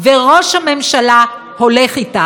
וראש הממשלה הולך איתך,